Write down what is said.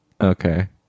Okay